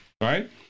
right